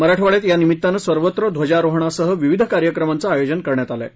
मराठवाङ्यात या निमित्तानं सर्वत्र ध्वजारोहणासह विविध कार्यक्रमांचं आयोजन करण्यात आलं आहे